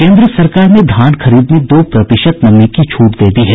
केन्द्र सरकार ने धान खरीद में दो प्रतिशत नमी की छूट दे दी है